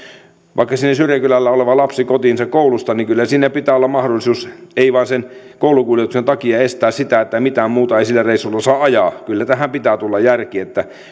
vaikka siellä syrjäkylällä oleva lapsi kotiinsa koulusta kyllä pitää olla mahdollisuuksia eikä vain sen koulukuljetuksen takia pidä estää sitä että mitään muuta ei sillä reissulla saa ajaa kyllä tähän pitää tulla järki että